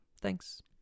Thanks